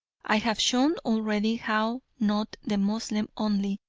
i have shown already how not the moslem only,